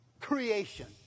Creation